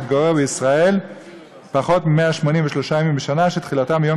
שהתגורר בישראל פחות מ-183 ימים בשנה שתחילתם מיום